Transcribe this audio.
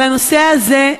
על הנושא הזה,